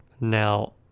Now